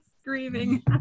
screaming